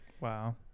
Wow